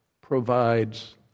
provides